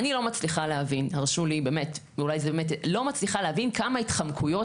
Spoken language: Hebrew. אני לא מצליחה להבין כמה התחמקויות